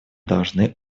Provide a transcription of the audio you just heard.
должны